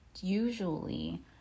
usually